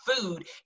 food